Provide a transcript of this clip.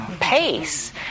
pace